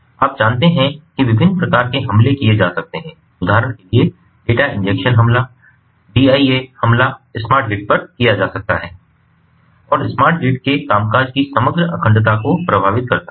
आप जानते हैं कि विभिन्न प्रकार के हमले किए जा सकते हैं उदाहरण के लिए डेटा इंजेक्शन हमला डीआईए हमला स्मार्ट ग्रिड पर किया जा सकता है और स्मार्ट ग्रिड के कामकाज की समग्र अखंडता को प्रभावित करता है